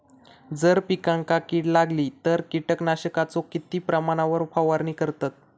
जर पिकांका कीड लागली तर कीटकनाशकाचो किती प्रमाणावर फवारणी करतत?